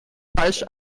falsch